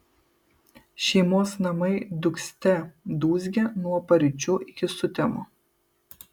šeimos namai dūgzte dūzgė nuo paryčių iki sutemų